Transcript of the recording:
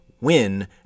win